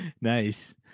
nice